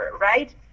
right